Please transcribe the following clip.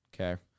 Okay